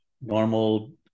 normal